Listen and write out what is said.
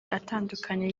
atandukanye